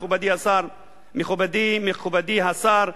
מכובדי השר,